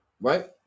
right